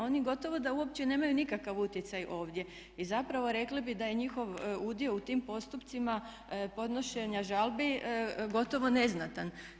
Oni gotovo da uopće nemaju nikakav utjecaj ovdje i zapravo rekli bi da je njihov udio u tim postupcima podnošenja žalbi gotovo neznatan.